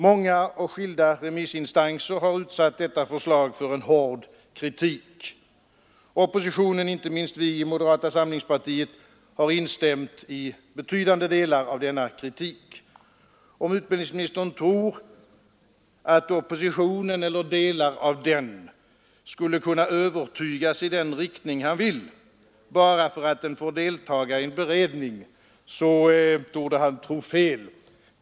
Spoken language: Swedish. Många och skilda remissinstanser har utsatt detta förslag för en hård kritik. Oppositionen — inte minst vi i moderata samlingspartiet — har instämt i betydande delar av denna kritik. Om utbildningsministern tror att oppositionen eller delar av den skulle kunna övertygas i den riktning han vill, bara för att den får deltaga i en beredning, torde han tro fel.